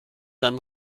dann